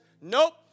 nope